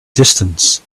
distance